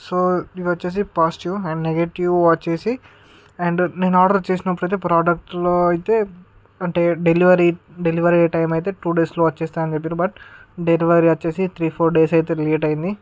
so ఇది వచ్చేసి positive and negative వచ్చేసి అండ్ నేను ఆర్డర్ చేసినప్పుడు ప్రోడక్ట్ లో అయితే డెలివరీ డెలివరీ టైమ్ అయితే టుడేస్లో వచ్చేస్తాను బట్ డెలివరీ అయితే టు త్రీ ఫోర్ డేస్ అయితే లేట్ అయింది